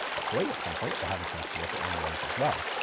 hopefully at some point, we'll have a chance to look at one of those as well.